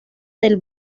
del